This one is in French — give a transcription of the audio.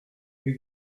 des